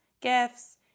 gifts